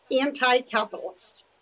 anti-capitalist